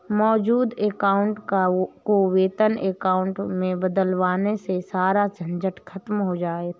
मौजूद अकाउंट को वेतन अकाउंट में बदलवाने से सारा झंझट खत्म हो जाता है